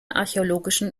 archäologischen